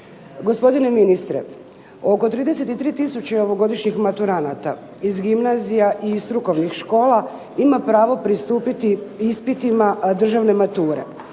Gospodine ministre, oko 33000 ovogodišnjih maturanata iz gimnazija i iz strukovnih škola ima pravo pristupiti ispitima državne mature.